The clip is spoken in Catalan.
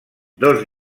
dos